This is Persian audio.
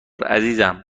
عزیزم